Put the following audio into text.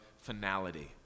finality